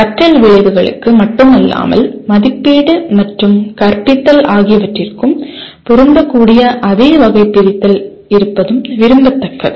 கற்றல் விளைவுகளுக்கு மட்டுமல்லாமல் மதிப்பீடு மற்றும் கற்பித்தல் ஆகியவற்றிற்கும் பொருந்தக்கூடிய அதே வகைபிரித்தல் இருப்பதும் விரும்பத்தக்கது